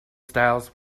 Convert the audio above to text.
styles